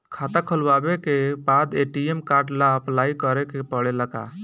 खाता खोलबाबे के बाद ए.टी.एम कार्ड ला अपलाई करे के पड़ेले का?